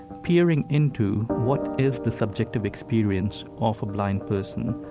peering into what is the subjective experience of a blind person,